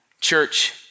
church